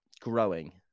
Growing